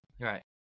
right